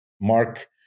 Mark